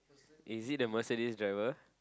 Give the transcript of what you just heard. is it the Mercedes driver